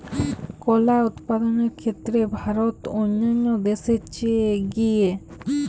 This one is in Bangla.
কলা উৎপাদনের ক্ষেত্রে ভারত অন্যান্য দেশের চেয়ে এগিয়ে